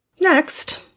Next